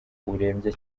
urembye